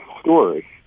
story